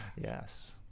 Yes